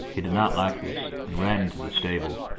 he did not like this, and ran into the stable.